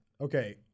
okay